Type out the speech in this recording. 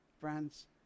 friends